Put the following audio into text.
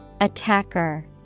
Attacker